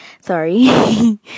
Sorry